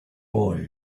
boy